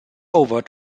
over